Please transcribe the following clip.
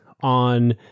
on